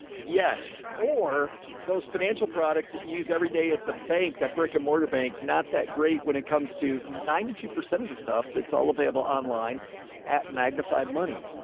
yes. or those financial products that you use everyday at the bank, that brick and mortar bank, not that great. when it comes to ninety two percent of the stuff that's all available online at magnified money,